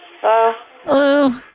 Hello